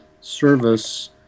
service